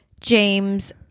James